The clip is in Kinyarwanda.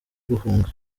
guhunga